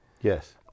yes